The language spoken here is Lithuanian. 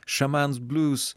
šamans blūs